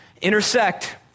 intersect